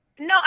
No